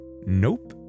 Nope